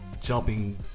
jumping